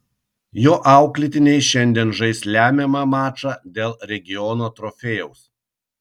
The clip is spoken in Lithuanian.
jo auklėtiniai šiandien žais lemiamą mačą dėl regiono trofėjaus